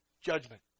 Judgment